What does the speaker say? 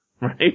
right